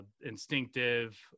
instinctive